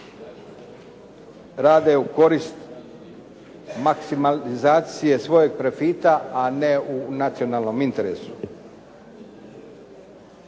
rade u korist maksimalizacije svojeg profita a ne u nacionalnom interesu.